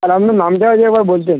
আর আপনার নামটা যদি একবার বলতেন